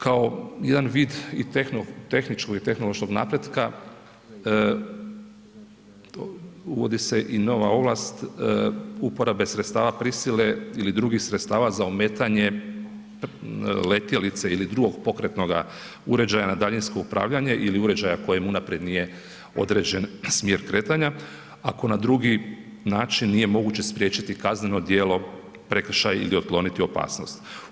Kao jedan vid i tehničkog i tehnološkog napretka uvodi se i nova ovlast uporabe sredstava prisile ili drugih sredstava za ometanje letjelice ili drugog pokretnog uređaja na daljinsko upravljanje ili uređaja kojem unaprijed nije određen smjer kretanja ako na drugi način nije moguće spriječiti kazneno djelo, prekršaj ili otkloniti opasnost.